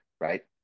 Right